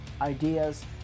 ideas